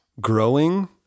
growing